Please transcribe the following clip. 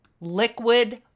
liquid